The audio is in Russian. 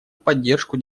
поддержку